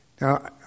Now